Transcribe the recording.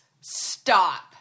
Stop